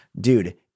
Dude